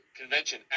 convention